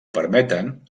permeten